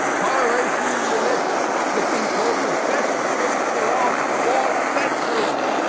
toleration in religion has been called the best fruit of the last four centuries,